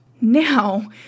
Now